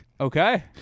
Okay